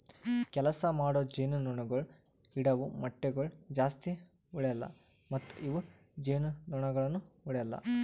ಕೆಲಸ ಮಾಡೋ ಜೇನುನೊಣಗೊಳ್ ಇಡವು ಮೊಟ್ಟಗೊಳ್ ಜಾಸ್ತಿ ಉಳೆಲ್ಲ ಮತ್ತ ಇವು ಜೇನುನೊಣಗೊಳನು ಉಳೆಲ್ಲ